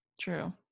true